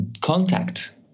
contact